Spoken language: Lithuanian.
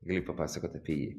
gali papasakot apie jį